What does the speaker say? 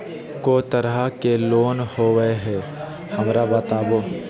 को तरह के लोन होवे हय, हमरा बताबो?